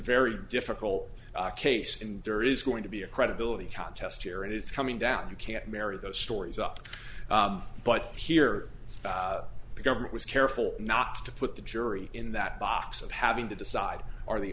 very difficult case and there is going to be a credibility contest here and it's coming down you can't marry those stories up but here the government was careful not to put the jury in that box of having to decide are the